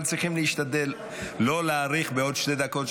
אבל צריכים להשתדל לא להאריך בעוד שתי דקות,